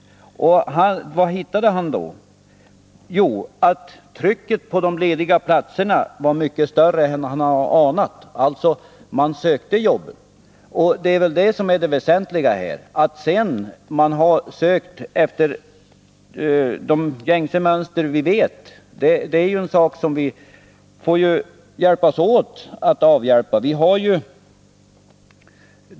Vad hittade han då? Jo, att trycket på de lediga platserna var mycket större än han anat, alltså sökte människor jobben. Det är det väsentliga här. Att de sökande sedan gått efter de gängse mönster vi känner till är en sak vi får hjälpas åt att komma till rätta med.